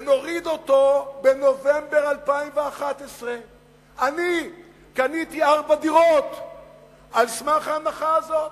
ונוריד אותו בנובמבר 2011. אני קניתי ארבע דירות על סמך ההנחה הזאת,